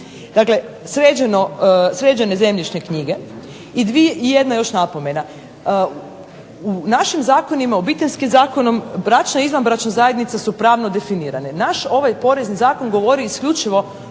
Dakle, sređene zemljišne knjige. I jedna još napomena. U našim zakonima Obiteljskim zakonom, bračne i izvanbračne zajednice su pravno definirane. Naš ovaj POrezni zakon govori isključivo